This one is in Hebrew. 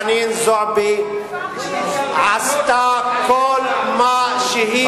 חברת הכנסת חנין זועבי עשתה כל מה שהיא יכולה,